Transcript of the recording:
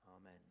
Amen